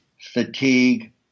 fatigue